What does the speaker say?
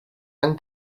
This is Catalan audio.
han